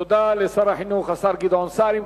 תודה לשר החינוך, השר גדעון סער.